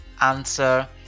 answer